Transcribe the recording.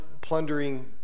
plundering